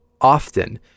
often